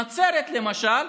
נצרת, למשל,